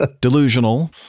delusional